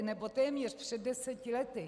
Nebo téměř před deseti lety.